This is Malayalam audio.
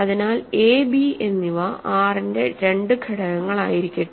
അതിനാൽ a b എന്നിവ R ന്റെ രണ്ട് ഘടകങ്ങളായിരിക്കട്ടെ